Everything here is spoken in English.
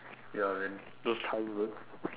ya man those times good